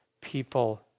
people